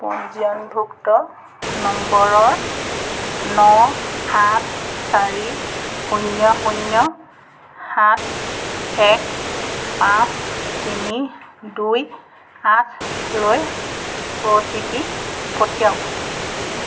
পঞ্জীয়নভুক্ত নম্বৰৰ ন আঠ চাৰি শূন্য শূন্য সাত এক পাঁচ তিনি দুই আঠ লৈ অ' টি পি পঠিয়াওক